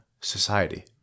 society